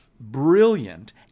brilliant